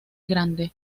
grande